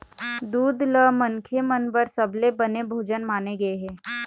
दूद ल मनखे मन बर सबले बने भोजन माने गे हे